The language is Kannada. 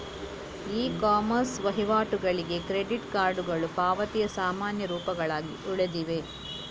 ಇ ಕಾಮರ್ಸ್ ವಹಿವಾಟುಗಳಿಗೆ ಕ್ರೆಡಿಟ್ ಕಾರ್ಡುಗಳು ಪಾವತಿಯ ಸಾಮಾನ್ಯ ರೂಪಗಳಾಗಿ ಉಳಿದಿವೆ